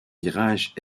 virage